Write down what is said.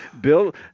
Bill